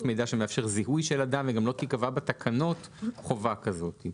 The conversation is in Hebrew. מידע שמאפשר זיהוי של אדם וגם לא תיקבע בתקנות חובה כזאת.